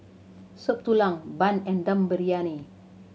Soup Tulang bun and Dum Briyani